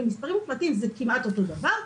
במספרים מוחלטים זה כמעט אותו דבר,